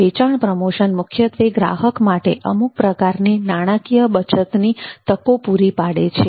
વેચાણ પ્રમોશન મુખ્યત્વે ગ્રાહક માટે અમુક પ્રકારની નાણાકીય બચતની તકો પૂરી પાડે છે